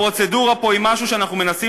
הפרוצדורה פה היא משהו שאנחנו מנסים